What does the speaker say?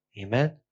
Amen